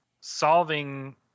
solving